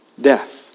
death